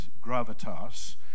gravitas